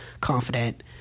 confident